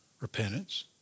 Repentance